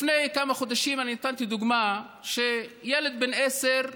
לפני כמה חודשים אני נתתי דוגמה של ילד בן 10,